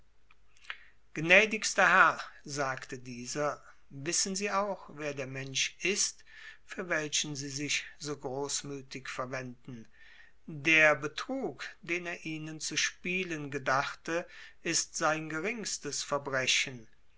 gnädigster herr sagte dieser wissen sie auch wer der mensch ist für welchen sie sich so großmütig verwenden der betrug den er ihnen zu spielen gedachte ist sein geringstes verbrechen